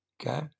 okay